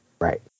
Right